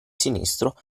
sinistro